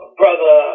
brother